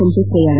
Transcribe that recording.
ಸಂಜೆ ಪ್ರಯಾಣ